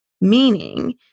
meaning